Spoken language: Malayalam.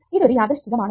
ഇതൊരു യാദൃച്ഛികം ആണോ